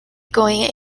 going